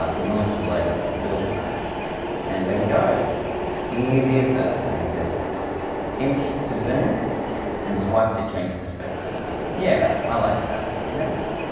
we want to select little planet and there we go easy as that now you just pinch to zoom and swipe to change perspective yeah i like that next,